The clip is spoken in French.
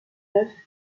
œuf